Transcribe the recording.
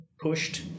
pushed